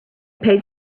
paid